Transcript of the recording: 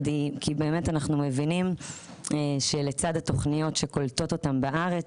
באמת אנחנו מבינים שלצד התוכניות שקולטות אותם בארץ,